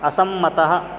असंमतः